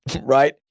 right